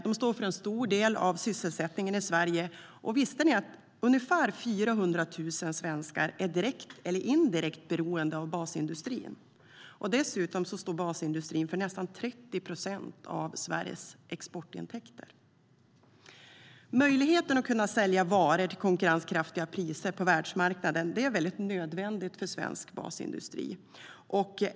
De står för en stor del av sysselsättningen i Sverige. Visste ni att ungefär 400 000 svenskar är direkt eller indirekt beroende av basindustrin? Dessutom står basindustrin för nästan 30 procent av Sveriges exportintäkter. Möjligheten att sälja varor till konkurrenskraftiga priser på världsmarknaden är nödvändig för svensk basindustri.